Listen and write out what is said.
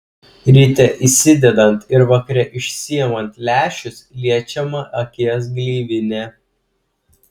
ryte įsidedant ir vakare išsiimant lęšius liečiama akies gleivinė